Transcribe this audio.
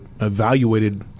evaluated